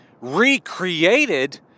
recreated